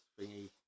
thingy